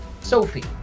sophie